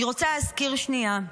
אני רוצה להזכיר שנייה,